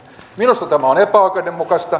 minusta tämä on epäoikeudenmukaista